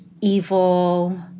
evil